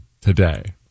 today